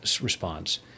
response